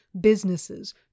businesses